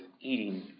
eating